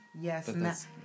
yes